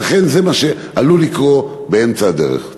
לכן, זה מה שעלול לקרות באמצע הדרך.